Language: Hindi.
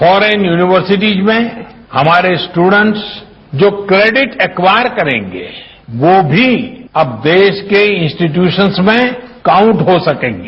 फौरन यूनिवर्सिटीज में हमारे स्टूडेन्ट्स जो क्रेडिट एक्वॉयर करेंगे वो भी अब देश के इंस्टीट्यूशन में काउंट हो सकेंगे